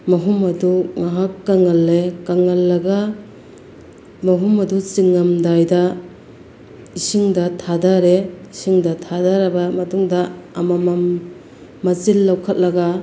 ꯃꯍꯨꯝ ꯑꯗꯨ ꯉꯥꯏꯍꯥꯛ ꯀꯪꯍꯜꯂꯦ ꯀꯪꯍꯜꯂꯒ ꯃꯍꯨꯝ ꯑꯗꯨ ꯆꯤꯡꯉꯝꯗꯥꯏꯗ ꯏꯁꯤꯡꯗ ꯊꯥꯊꯔꯦ ꯏꯁꯤꯡꯗ ꯊꯥꯊꯔꯕ ꯃꯇꯨꯡꯗ ꯑꯃꯃꯝ ꯃꯆꯤꯟ ꯂꯧꯈꯠꯂꯒ